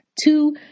Two